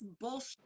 bullshit